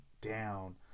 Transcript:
down